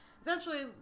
essentially